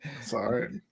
Sorry